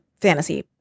fantasy